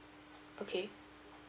okay